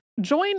Join